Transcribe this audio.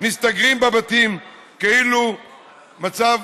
מסתגרים בבתים כאילו המצב